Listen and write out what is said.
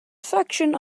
section